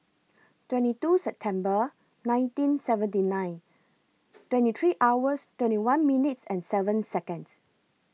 twenty two September nineteen seventy nine twenty three hours twenty one minutes and seven Seconds